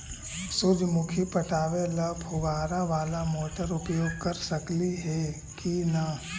सुरजमुखी पटावे ल फुबारा बाला मोटर उपयोग कर सकली हे की न?